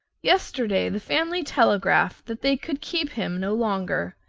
yesterday the family telegraphed that they could keep him no longer.